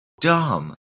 dumb